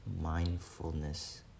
mindfulness